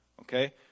Okay